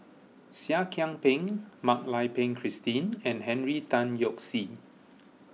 Seah Kian Peng Mak Lai Peng Christine and Henry Tan Yoke See